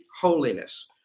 holiness